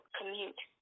commute